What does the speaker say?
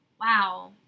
wow